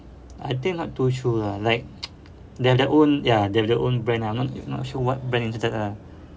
I think not too sure ah like they have their own ya they have their own brand ah I'm not not sure what brand is that ah